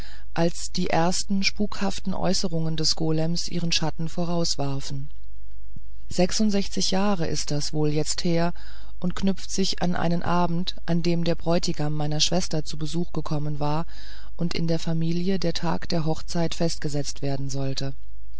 als die ersten spukhaften äußerungen des golem ihre schatten vorauswarfen sechsundsechzig jahre ist das wohl jetzt her und knüpft sich an einen abend an dem der bräutigam meiner schwester zu besuch gekommen war und in der familie der tag der hochzeit festgesetzt werden sollte